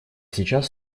сейчас